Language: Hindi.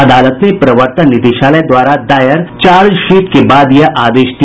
अदालत ने प्रर्वतन निदेशालय द्वारा दायर चार्जशीट के बाद यह आदेश दिया